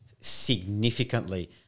significantly